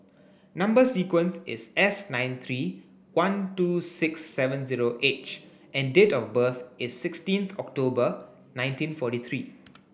number sequence is S nine three one two six seven zero H and date of birth is sixteenth October nineteen forty three